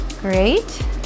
Great